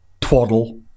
twaddle